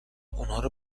اونارو